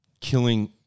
killing